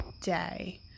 day